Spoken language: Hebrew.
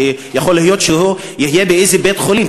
ויכול להיות שהוא יהיה באיזה בית-חולים.